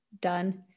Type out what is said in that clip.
done